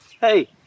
Hey